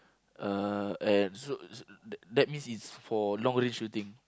uh and so so that that means it's for long range shooting